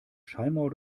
schallmauer